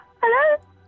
Hello